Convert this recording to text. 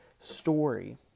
story